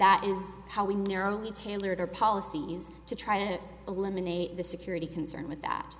that is how we narrowly tailored our policies to try to eliminate the security concern with that